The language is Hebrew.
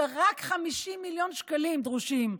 ורק 50 מיליון שקלים דרושים.